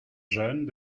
jeunes